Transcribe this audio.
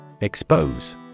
Expose